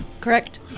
Correct